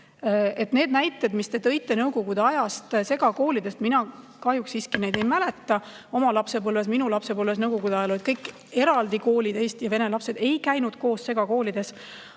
Neid näiteid, mis te tõite Nõukogude ajast segakoolide kohta, mina ei mäleta oma lapsepõlvest. Minu lapsepõlves, Nõukogude ajal olid kõik eraldi koolid, eesti ja vene lapsed ei käinud koos segakoolides.